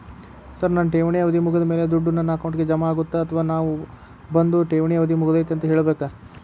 Sir ನನ್ನ ಠೇವಣಿ ಅವಧಿ ಮುಗಿದಮೇಲೆ, ದುಡ್ಡು ನನ್ನ ಅಕೌಂಟ್ಗೆ ಜಮಾ ಆಗುತ್ತ ಅಥವಾ ನಾವ್ ಬಂದು ಠೇವಣಿ ಅವಧಿ ಮುಗದೈತಿ ಅಂತ ಹೇಳಬೇಕ?